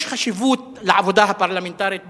יש חשיבות לעבודה הפרלמנטרית בוועדות,